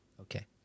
Okay